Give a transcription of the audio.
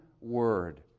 word